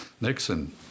Nixon